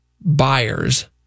buyers